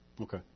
okay